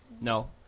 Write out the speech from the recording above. No